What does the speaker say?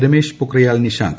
Ramesh Pokhriyal Nishank